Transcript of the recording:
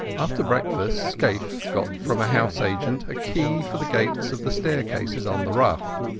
after breakfast scaife got from a house-agent a key for the gates of the staircases on the ruff.